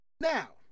Now